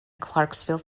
clarksville